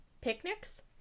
picnics